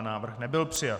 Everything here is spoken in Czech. Návrh nebyl přijat.